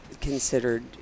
considered